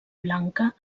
blanca